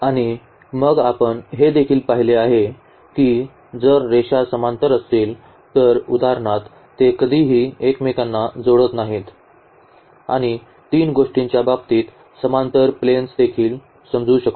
आणि मग आपण हे देखील पाहिले आहे की जर रेषा समांतर असतील तर उदाहरणार्थ ते कधीही एकमेकांना जोडत नाहीत आणि तीन गोष्टींच्या बाबतीत समांतर प्लेन्स देखील समजू शकतो